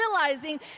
realizing